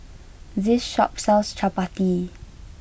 this shop sells Chappati